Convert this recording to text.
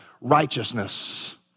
righteousness